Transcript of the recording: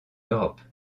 europe